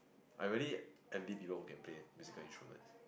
I really envy people who can pay musical instruments